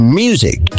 music